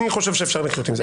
אני חושב שאפשר לחיות עם זה.